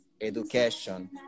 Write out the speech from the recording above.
education